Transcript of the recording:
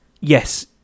yes